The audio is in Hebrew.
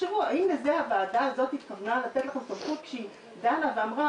תחשבו האם לזה הוועדה הזאת התכוונה לתת לכם סמכות כשהיא דנה ואמרה,